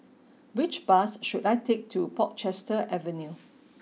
which bus should I take to Portchester Avenue